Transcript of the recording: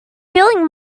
feeling